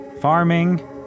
Farming